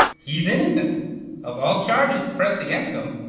he's innocent of all charges pressed against him.